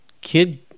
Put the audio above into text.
kid